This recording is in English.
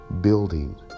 building